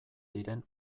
diren